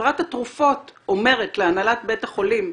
שחברת התרופות אומרת להנהלת בית החולים: